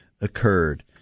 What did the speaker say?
occurred